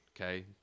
Okay